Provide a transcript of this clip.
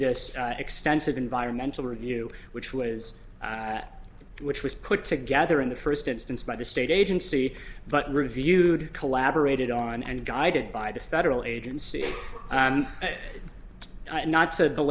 this extensive environmental review which was which was put together in the first instance by the state agency but reviewed collaborated on and guided by the federal agency and not said t